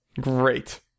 Great